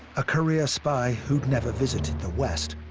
a career spy who'd never visited the west,